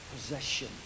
possession